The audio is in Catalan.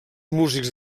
músics